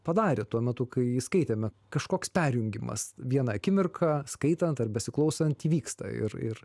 padarė tuo metu kai jį skaitėme kažkoks perjungimas vieną akimirką skaitant ar besiklausant įvyksta ir ir